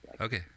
Okay